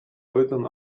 deuten